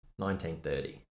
1930